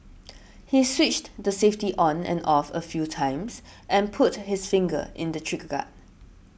he switched the safety on and off a few times and put his finger in the trigger guard